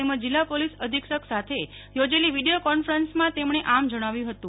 તેમજ જિલ્લા પોલીસ અધિક્ષક સાથે યોજેલી વીડિયો કોન્ફરન્સમાં તેમણે આમ જણાવ્યું હતું